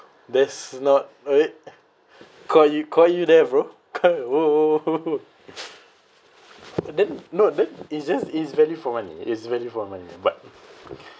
that's not !oi! caught you caught you there bro caught !oh! then no then it's just it's value for money it's value for money but